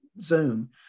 Zoom